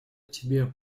тебе